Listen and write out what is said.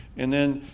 and then,